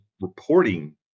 reporting